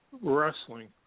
Wrestling